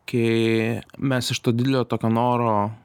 kai mes iš to didelio tokio noro